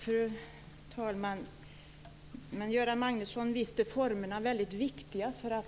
Fru talman! Men, Göran Magnusson, visst är formerna väldigt viktiga när